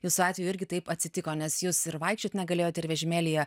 jūsų atveju irgi taip atsitiko nes jūs ir vaikščiot negalėjot ir vežimėlyje